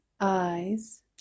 eyes